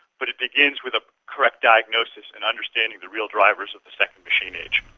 but it begins with a correct diagnosis and understanding the real drivers of the second machine age.